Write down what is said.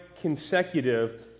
consecutive